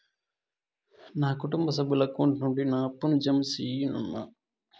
నా కుటుంబ సభ్యుల అకౌంట్ నుండి నా అప్పును జామ సెయవచ్చునా?